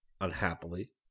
unhappily